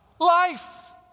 life